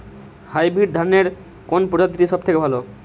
Hybrid ধানের কোন প্রজীতিটি সবথেকে ভালো?